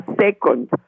Second